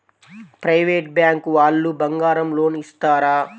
Private bank వాళ్ళు బంగారం loan ఇస్తారా?